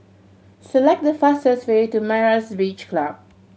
select the fastest way to Myra's Beach Club